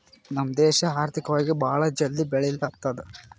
ನಮ್ ದೇಶ ಆರ್ಥಿಕವಾಗಿ ಭಾಳ ಜಲ್ದಿ ಬೆಳಿಲತ್ತದ್